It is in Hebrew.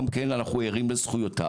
גם כן אנחנו ערים לזכויותיו,